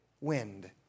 wind